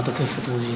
חברת הכנסת רוזין.